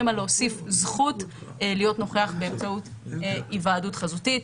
על להוסיף זכות להיות נוכח באמצעות היוועדות חזותית.